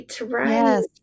Right